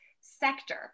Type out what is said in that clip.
sector